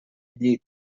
llit